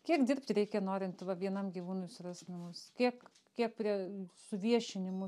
kiek dirbti reikia norint va vienam gyvūnui surast namus kiek kiek prie su viešinimu